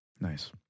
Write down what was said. nice